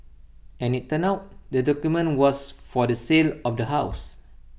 as IT turned out the document was for the sale of the house